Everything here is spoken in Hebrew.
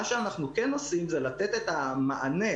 מה שאנחנו כן עושים זה לתת את המענה,